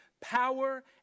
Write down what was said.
power